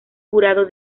jurado